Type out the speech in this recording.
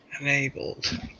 enabled